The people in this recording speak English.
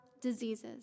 diseases